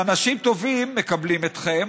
אנשים טובים מקבלים אתכם,